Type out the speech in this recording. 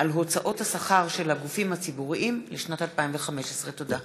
על הוצאות השכר של הגופים הציבוריים לשנת 2015. תודה.